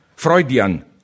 Freudian